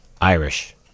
Irish